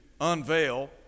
unveil